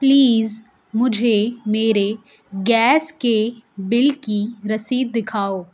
please مجھے میرے gas کے بل کی رسید دکھاؤ